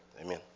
Amen